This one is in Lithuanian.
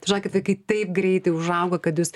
tai žinokit kad vaikai taip greitai užauga kad jūs